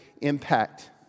impact